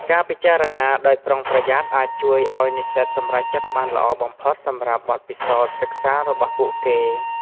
ការពិចារណាដោយប្រុងប្រយ័ត្នអាចជួយឱ្យនិស្សិតសម្រេចចិត្តបានល្អបំផុតសម្រាប់បទពិសោធន៍សិក្សារបស់ពួកគេ។